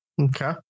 Okay